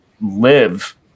live